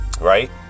Right